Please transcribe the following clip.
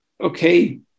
okay